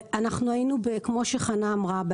כמו שחנה אמרה,